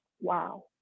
wow